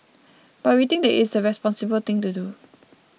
but we think it is the responsible thing to do